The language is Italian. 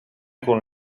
con